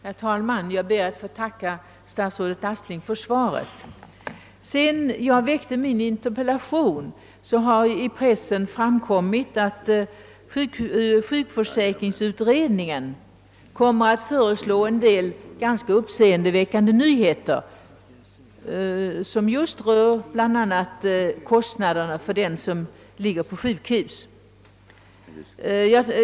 Herr talman! Jag ber att få tacka statsrådet Aspling för svaret. Sedan jag framställde min interpellation har det genom pressen framkommit att = sjukförsäkringsutredningen kommer att presentera en del ganska uppseendeväckande nyheter som rör bl.a. kostnaderna för dem som ligger på sjukhus.